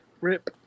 rip